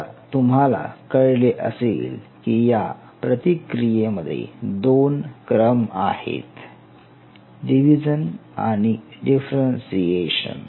आता तुम्हाला कळले असेल की या प्रतिक्रियेमध्ये दोन क्रम आहेत डिव्हिजन आणि डिफरेन्ससीएशन